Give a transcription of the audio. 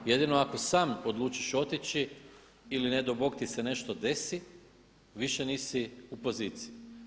Jedino ako sam odlučiš otići ili ne dao bog ti se nešto desi više nisi u poziciji.